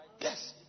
Yes